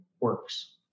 works